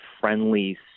friendly